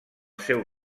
seu